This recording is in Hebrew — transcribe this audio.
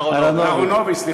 אהרונוביץ,